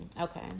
okay